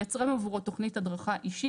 מייצרים עבורו תכנית הדרכה אישית.